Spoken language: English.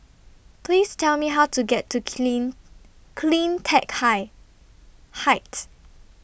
Please Tell Me How to get to Clean CleanTech High Height